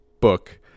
book